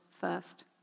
first